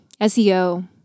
SEO